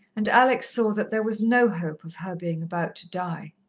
and alex saw that there was no hope of her being about to die.